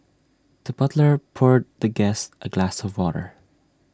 the butler poured the guest A glass of water